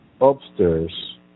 Upstairs